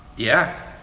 yeah,